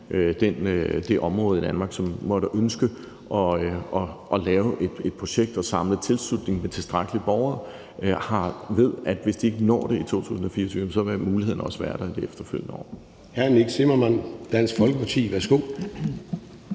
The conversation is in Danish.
det område i Danmark, som måtte ønske at lave et projekt og samle tilslutning fra et tilstrækkeligt antal borgere, ved, at hvis de ikke når det i 2024, vil muligheden også være der i det efterfølgende år.